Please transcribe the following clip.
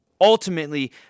ultimately